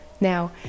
Now